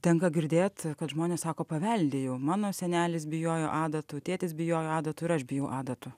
tenka girdėt kad žmonės sako paveldi jau mano senelis bijojo adatų tėtis bijojo adatų ir aš bijau adatų